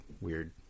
weird